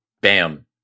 Bam